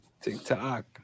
TikTok